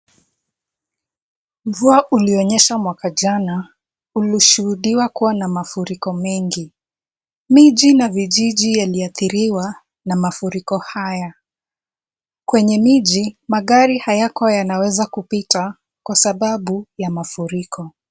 Mvua ulionyesha mwaka jana, umeshuhudiwa kuwa na mafuriko mengi. Miji na vijiji yaliathiriwa na mafuriko haya .Kwenye miji magari hayakuwa yanaweza kupita kwa sababu ya mafuriko.